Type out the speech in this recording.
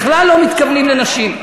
בכלל לא מתכוונים לנשים.